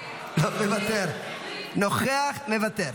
מוותר, נוכח ומוותר,